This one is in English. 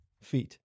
feet